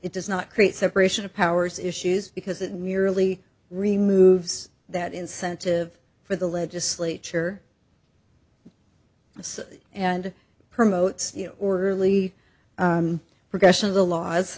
it does not create separation of powers issues because it merely removes that incentive for the legislature and promotes the orderly progression of the laws